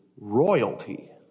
royalty